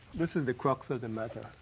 this is the crux of the matter.